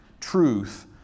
truth